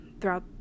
throughout